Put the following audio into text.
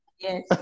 Yes